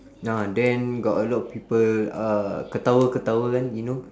ah then a lot of people uh ketawa ketawa [one] you know